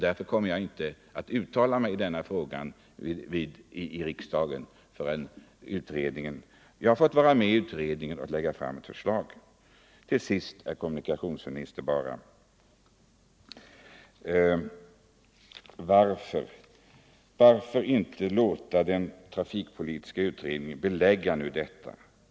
Därför kommer jag inte att uttala mig i denna fråga i riksdagen förrän jag har fått vara med i utredningen och lägga fram ett förslag. Till sist, herr kommunikationsminister, varför inte låta den trafikpolitiska utredningen belägga detta?